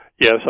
Yes